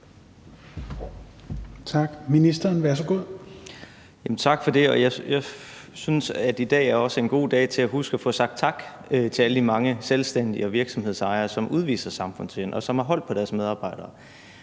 Erhvervsministeren (Simon Kollerup): Tak for det. Jeg synes, at i dag også er en god dag at huske at få sagt tak til alle de mange selvstændige og virksomhedsejere, som udviser samfundssind, og som har holdt på deres medarbejdere.